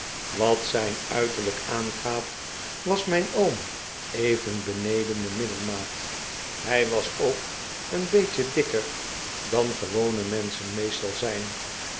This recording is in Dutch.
wat zijn uiterlijk aangaat was mijn oom even beneden de middelmaat hij was ook een beetje dikker dan gewone menschen meestal zijn